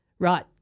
Right